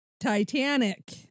Titanic